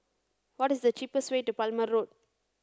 what is the cheapest way to Palmer Road